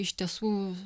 iš tiesų